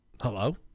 Hello